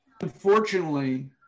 Unfortunately